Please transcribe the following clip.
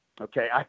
Okay